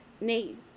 Nate